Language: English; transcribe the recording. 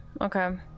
Okay